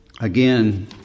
again